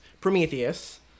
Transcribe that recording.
prometheus